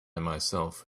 myself